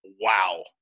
wow